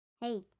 Hey